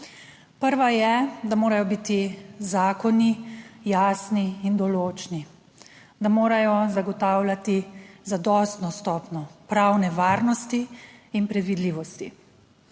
Prva je, da morajo biti zakoni jasni in določni, da morajo zagotavljati zadostno stopnjo pravne varnosti in predvidljivosti.